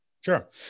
Sure